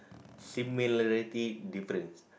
similarity difference